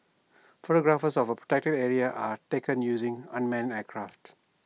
photographs of A protected area are taken using unmanned aircraft